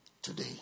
Today